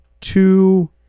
two